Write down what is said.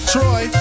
Troy